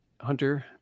Hunter